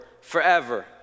forever